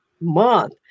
month